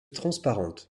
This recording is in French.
transparente